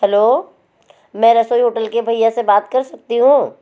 hello मैं रसोई hotel के भैया से बात कर सकती हूँ